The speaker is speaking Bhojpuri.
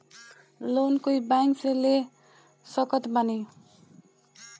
लोन कोई बैंक से ले सकत बानी?